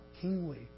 kingly